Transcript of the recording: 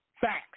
facts